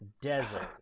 desert